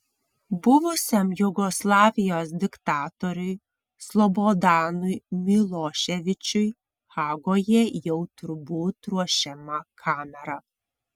buvusiam jugoslavijos diktatoriui slobodanui miloševičiui hagoje jau turbūt ruošiama kamera